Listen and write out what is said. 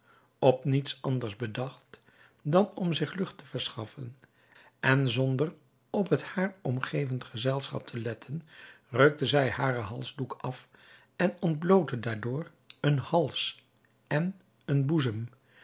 op niets anders bedacht dan om zich lucht te verschaffen en zonder op het haar omgevend gezelschap te letten rukte zij haren halsdoek af en ontblootte daardoor een hals en een boezem